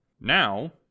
Now